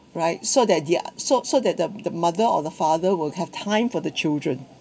right so that their so so that the the mother or the father will have time for the children